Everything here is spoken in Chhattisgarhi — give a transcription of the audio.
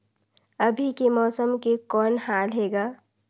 अभी के मौसम के कौन हाल हे ग?